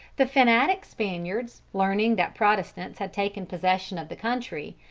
the fanatic spaniards, learning that protestants had taken possession of the country,